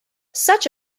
such